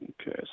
Okay